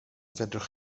fedrwch